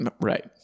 Right